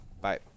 Bye